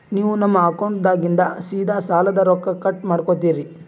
ನೀವು ನಮ್ಮ ಅಕೌಂಟದಾಗಿಂದ ಸೀದಾ ಸಾಲದ ರೊಕ್ಕ ಕಟ್ ಮಾಡ್ಕೋತೀರಿ?